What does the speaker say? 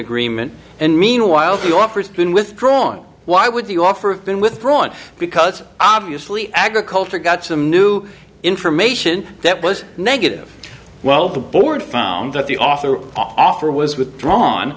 agreement and meanwhile the offers been withdrawn why would the offer have been withdrawn because obviously agriculture got some new information that was negative well the board found that the author offer was withdrawn